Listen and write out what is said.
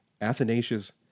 Athanasius